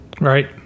Right